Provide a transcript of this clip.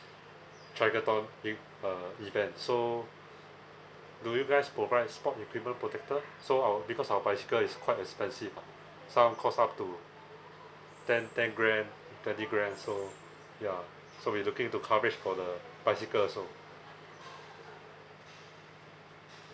triathlon e~ uh event so do you guys provide sport equipment protector so our because our bicycle is quite expensive some cost up to ten ten grand twenty grand so ya so we're looking into coverage for the bicycle also